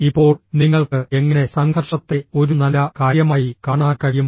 ഇപ്പോൾ നിങ്ങൾക്ക് എങ്ങനെ സംഘർഷത്തെ ഒരു നല്ല കാര്യമായി കാണാൻ കഴിയും